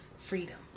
freedom